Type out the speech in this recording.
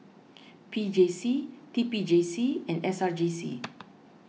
P J C T P J C and S R J C